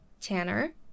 tanner